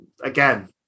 again